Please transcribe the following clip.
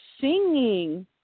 singing